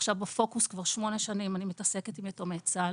עכשיו בפוקוס כבר שמונה שנים אני מתעסקת עם יתומי צה"ל